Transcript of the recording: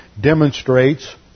demonstrates